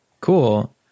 Cool